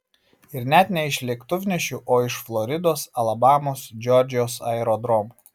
ir net ne iš lėktuvnešių o iš floridos alabamos džordžijos aerodromų